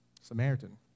Samaritan